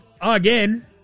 again